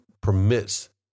permits